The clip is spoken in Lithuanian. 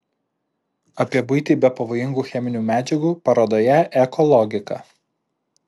apie buitį be pavojingų cheminių medžiagų parodoje eko logika